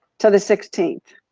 to the sixteenth.